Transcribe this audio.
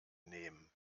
nehmen